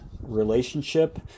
relationship